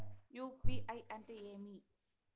UPI అంటే ఏమి?